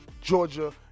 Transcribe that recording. Georgia